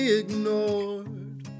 ignored